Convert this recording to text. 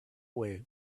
way